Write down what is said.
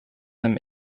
them